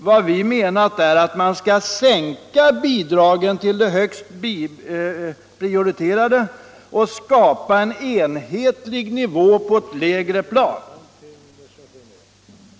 Vad vi har menat är att man skulle sänka bidragen till de högst prioriterade och skapa en enhetlig nivå på ett lägre plan.